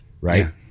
right